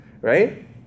right